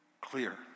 clear